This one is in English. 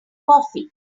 coffee